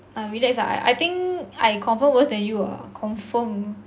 no relax lah I think I confirm worse than you ah confirm